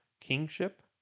kingship